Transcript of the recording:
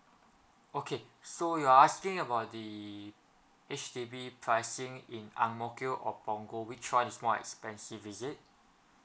okay so you're asking about the H_D_B pricing in angmokio or punggol which one is more expensive is it